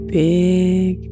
big